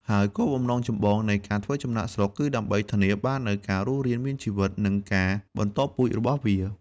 ហើយគោលបំណងចម្បងនៃការធ្វើចំណាកស្រុក គឺដើម្បីធានាបាននូវការរស់រានមានជីវិត និងការបន្តពូជរបស់វា។